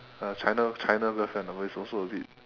a china china girlfriend which is also a bit